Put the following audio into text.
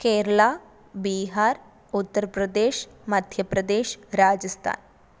Keralam Bihar Uttar Pradesh Madhya Pradesh Rajasthan